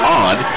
odd